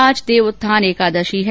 आज देव उत्थान एकादशी है